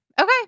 Okay